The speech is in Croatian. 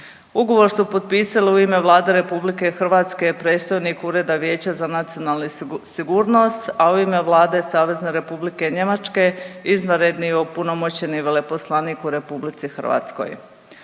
Ugovor su potpisali u ime Vlade RH predstojnik Ureda Vijeća za nacionalnu sigurnost, a u ime Vlade SR Njemačke izvanredni opunomoćeni veleposlanik u RH.